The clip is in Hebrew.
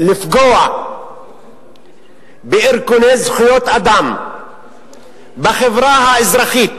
לפגוע בארגוני זכויות אדם בחברה האזרחית,